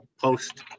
post